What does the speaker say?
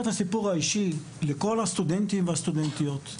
את הסיפור האישי לכל הסטודנטים והסטודנטיות.